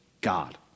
God